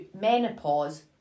menopause